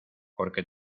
porque